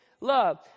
love